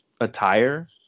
attire